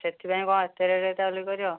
ସେଥିପାଇଁ କ'ଣ ଏତେ ରେଟ୍ ତା' ବୋଲି କରିବ